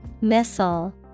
Missile